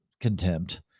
contempt